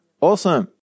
Awesome